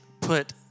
put